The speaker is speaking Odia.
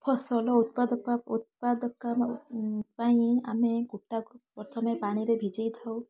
ଫସଲ ଉତ୍ପାଦକା ଉତ୍ପାଦକା ପାଇଁ ଆମେ କୁଟାକୁ ପ୍ରଥମେ ପାଣିରେ ଭିଜେଇ ଥାଉ